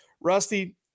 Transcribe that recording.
Rusty